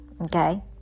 okay